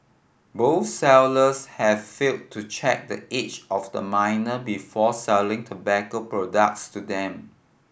both sellers had failed to check the age of the minor before selling tobacco products to them